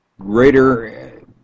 greater